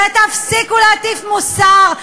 ותפסיקו להטיף מוסר,